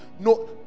No